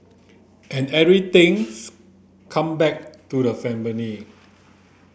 and everythings come back to the family